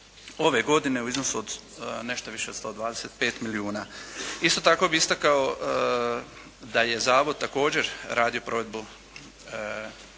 ove godine u iznosu od nešto više od 125 milijuna. Isto tako bih istakao da je Zavod također radio provedbu